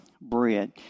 bread